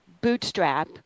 bootstrap